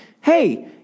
hey